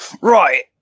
Right